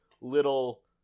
little